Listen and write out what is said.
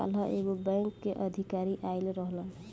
काल्ह एगो बैंक के अधिकारी आइल रहलन